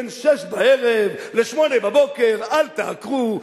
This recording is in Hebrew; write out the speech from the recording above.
בין 18:00 ל-08:00 אל תעקרו,